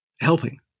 helping